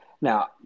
Now